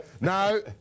no